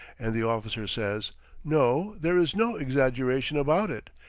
and the officer says no, there is no exaggeration about it.